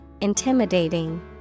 intimidating